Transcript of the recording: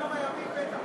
כמה ימים בטח.